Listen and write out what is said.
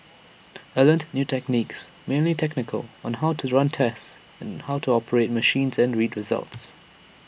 I learnt new techniques mainly technical on how to run tests how to operate machines and read results